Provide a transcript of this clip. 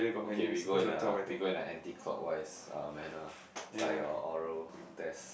okay we go in a we go in a anti clockwise uh manner it's like your oral test